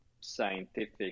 scientific